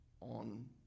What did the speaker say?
on